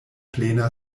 plena